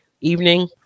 evening